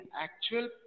actual